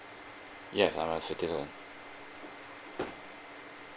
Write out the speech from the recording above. yes I'm a citizen